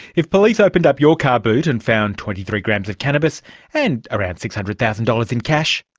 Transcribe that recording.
if police opened up your car boot and found twenty three grams of cannabis and around six hundred thousand dollars in cash,